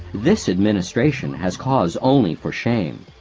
this administration has cause only for shame.